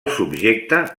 subjecte